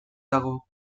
dago